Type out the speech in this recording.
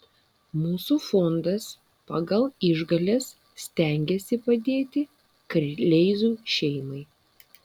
mūsų fondas pagal išgales stengiasi padėti kleizų šeimai